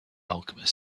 alchemist